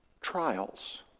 trials